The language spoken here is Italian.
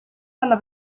dalla